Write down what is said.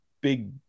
big